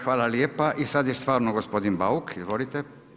Hvala lijepa i sada je stvarno gospodin Bauk, izvolite.